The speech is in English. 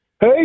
Hey